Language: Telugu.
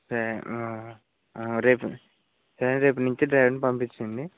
రేపు సరే రేపు నుంచి డ్రైవర్ ని పంపించండి